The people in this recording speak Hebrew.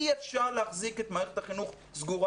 אי אפשר להחזיק את מערכת החינוך סגורה.